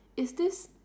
is this